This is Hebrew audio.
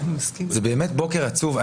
זה באמת בוקר עצוב.